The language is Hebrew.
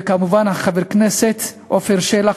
וכמובן של חבר הכנסת עפר שלח,